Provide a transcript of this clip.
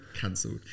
cancelled